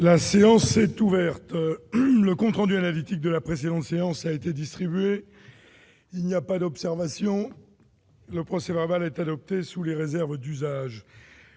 La séance est ouverte. Le compte rendu analytique de la précédente séance a été distribué. Il n'y a pas d'observation ?... Le procès-verbal est adopté sous les réserves d'usage.